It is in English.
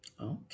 Okay